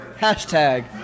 Hashtag